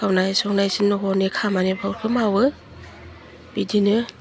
खावनाय संनाय इसि नखरनि खामानिफोरखौ मावो बिदिनो